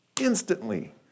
instantly